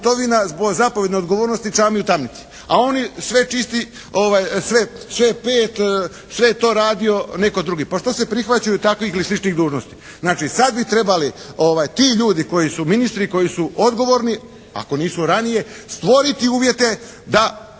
Znači, sad bi trebali ti ljudi koji su ministri, koji su odgovorni, ako nisu ranije stvoriti uvjete da